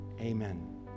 amen